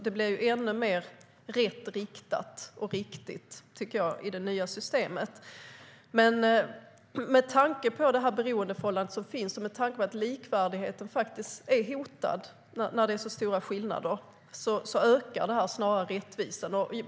Det blir ännu mer rätt riktat och riktigt i det nya systemet. Med tanke på beroendeförhållandet som finns och med tanke på att likvärdigheten faktiskt är hotad när det är stora skillnader ökar det här snarare rättvisan.